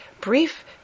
brief